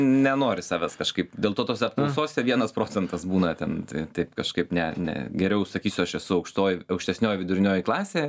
nenori savęs kažkaip dėl to tose apklausose vienas procentas būna ten tai tai kažkaip ne ne geriau sakysiu aš esu aukštoji aukštesnioji vidurinioji klasė